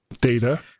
Data